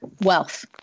wealth